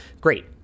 Great